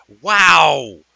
Wow